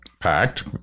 packed